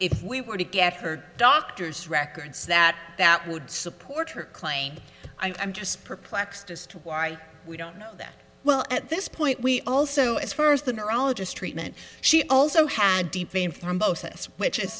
if we were to get her doctor's records that that would support her claim i'm just perplexed as to why we don't know that well at this point we also as far as the neurologist treatment she also had